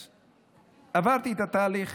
עברתי את תהליך